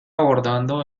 abordando